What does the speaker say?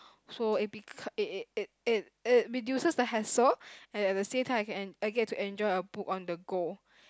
so it be it it it it it reduces the hassle and at the same time I can I get to enjoy a book on the go